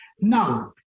Now